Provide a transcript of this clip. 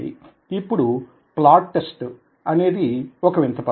ఇప్పుడు plot test అనేది ఒక వింత పదం